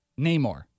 Namor